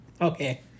Okay